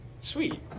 sweet